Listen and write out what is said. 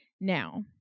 Now